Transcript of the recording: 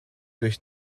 durch